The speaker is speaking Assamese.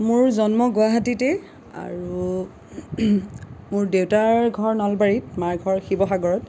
মোৰ জন্ম গুৱাহাটীতে আৰু মোৰ দেউতাৰ ঘৰ নলবাৰীত মাৰ ঘৰ শিৱসাগৰত